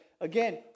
Again